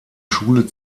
schule